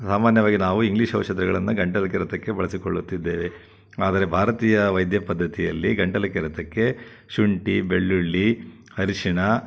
ಸಾಮಾನ್ಯವಾಗಿ ನಾವು ಇಂಗ್ಲೀಷ್ ಔಷಧಿಗಳನ್ನು ಗಂಟಲು ಕೆರೆತಕ್ಕೆ ಬಳಸಿಕೊಳ್ಳುತ್ತಿದ್ದೇವೆ ಆದರೆ ಭಾರತೀಯ ವೈದ್ಯ ಪದ್ಧತಿಯಲ್ಲಿ ಗಂಟಲು ಕೆರೆತಕ್ಕೆ ಶುಂಠಿ ಬೆಳ್ಳುಳ್ಳಿ ಅರಿಶಿಣ